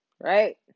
Right